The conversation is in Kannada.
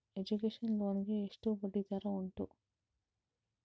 ಎಜುಕೇಶನ್ ಲೋನ್ ಗೆ ಎಷ್ಟು ಬಡ್ಡಿ ದರ ಉಂಟು?